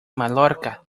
mallorca